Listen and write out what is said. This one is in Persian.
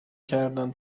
کردن